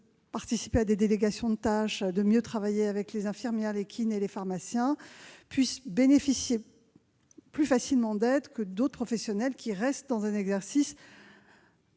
de participer à des délégations de tâches, de mieux travailler avec les infirmières, les kinés, les pharmaciens puissent bénéficier plus facilement d'aides que ceux qui restent dans un exercice